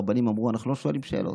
הרבנים אמרו: אנחנו לא שואלים שאלות,